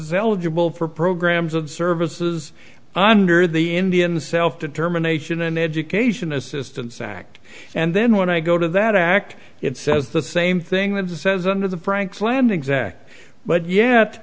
it's valuable for programs of services under the indian self determination and education assistance act and then when i go to that act it says the same thing with says under the franks land exact but yet